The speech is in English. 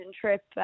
trip